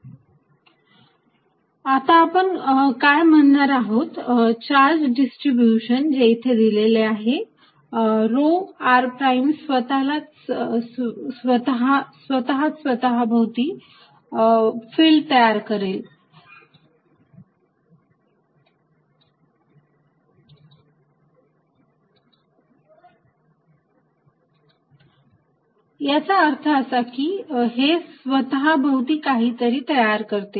Fq4π0dVr r3ρrr r आता आपण काय म्हणणार आहोत तर चार्ज डिस्ट्रीब्यूशन जे इथे दिलेले आहे रो r प्राईम स्वतः स्वतःभोवती फिल्ड तयार करेल याचा अर्थ असा की हे स्वतःभोवती काहीतरी तयार करते